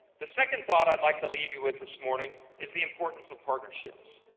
the second thought i'd like to leave you with this morning is the importance of partnerships,